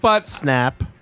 Snap